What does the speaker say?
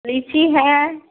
लीची है